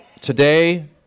Today